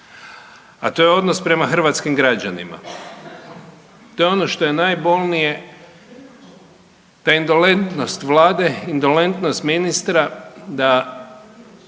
a to je odnos prema hrvatskim građanima. To je ono što je najbolnije te indolentnost Vlade, indolentnost ministra da